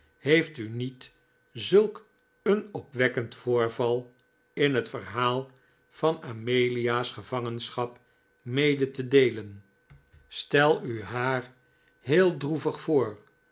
heeft u niet zulk een opwekkend voorval in het verhaal van amelia's gevangenschap mede te deelen stel u haar heel droevig voor